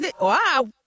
Wow